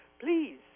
Please